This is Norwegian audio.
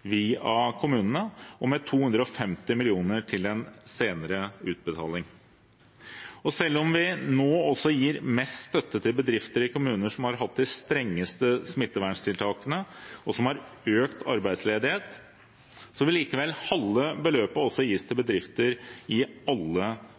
via kommunene, og med 250 mill. kr til en senere utbetaling. Selv om vi nå også gir mest støtte til bedrifter i kommuner som har hatt de strengeste smitteverntiltakene, og som har økt arbeidsledighet, vil likevel halve beløpet gis til bedrifter i alle